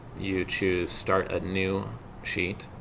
you choose start a new sheet